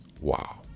wow